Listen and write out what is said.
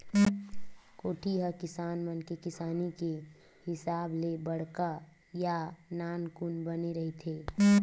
कोठी ह किसान मन के किसानी के हिसाब ले बड़का या नानकुन बने रहिथे